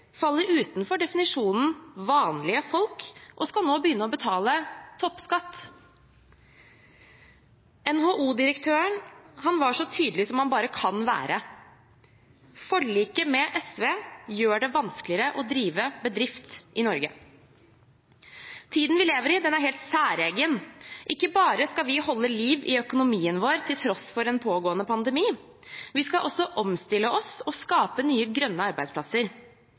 faller utenfor definisjonen «vanlige folk» og skal nå begynne å betale toppskatt. NHO-direktøren var så tydelig som man bare kan være: Forliket med SV gjør det vanskeligere å drive bedrift i Norge. Tiden vi lever i, er helt særegen. Ikke bare skal vi holde liv i økonomien vår til tross for en pågående pandemi, men vi skal også omstille oss og skape nye grønne arbeidsplasser.